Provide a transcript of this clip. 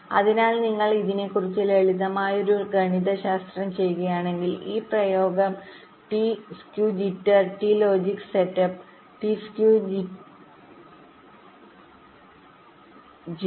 അതിനാൽ നിങ്ങൾ ഇതിനെക്കുറിച്ച് ലളിതമായ ഒരു ഗണിതശാസ്ത്രം ചെയ്യുകയാണെങ്കിൽ ഈ പ്രയോഗം T skew jitter T logic setup T skew jitter t skew jitter plus t logic setup plus t skew jitter